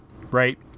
Right